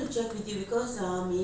this saturday sunday right